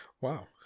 Wow